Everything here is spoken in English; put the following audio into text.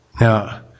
Now